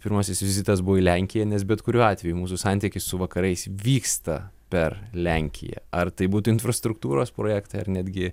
pirmasis vizitas buvo į lenkiją nes bet kuriuo atveju mūsų santykis su vakarais vyksta per lenkiją ar tai būtų infrastruktūros projektai ar netgi